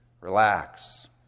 Relax